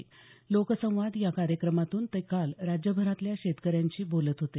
लोकसंवाद या कार्यक्रमातून ते काल राज्यभरातल्या शेतकऱ्यांशी बोलत होते